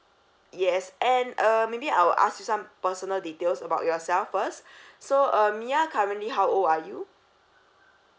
yes and uh maybe I will ask you some personal details about yourself first so um mya currently how old are you